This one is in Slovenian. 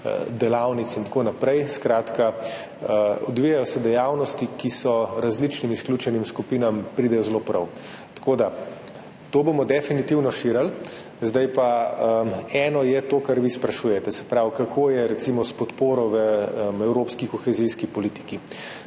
delavnic in tako naprej. Skratka, odvijajo se dejavnosti, ki različnim izključenim skupinam pridejo zelo prav. Tako da to bomo definitivno širili. Eno je to, kar vi sprašujete, se pravi, kako je recimo s podporo v evropski kohezijski politiki.